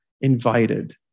invited